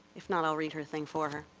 if not i'll read her thing for